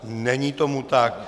Není tomu tak.